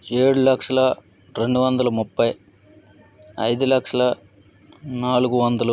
ఏడు లక్షల రెండు వందల ముప్పై ఐదు లక్షల నాలుగు వందలు